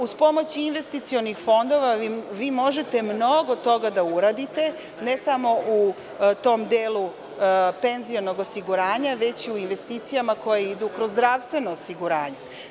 Uz pomoć investicionih fondova vi možete mnogo toga da uradite, ne samo u tom delu penzionog osiguranja, već i u investicijama koje idu kroz zdravstveno osiguranje.